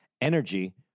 energy